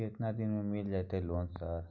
केतना दिन में मिल जयते लोन सर?